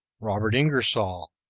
robert ingersoll,